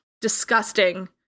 disgusting